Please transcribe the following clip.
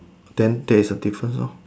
then there is a difference loh